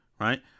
right